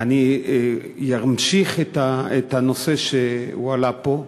אני אמשיך את הנושא שהועלה פה,